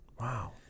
wow